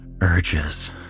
urges